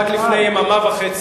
רק לפני יממה וחצי.